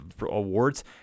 awards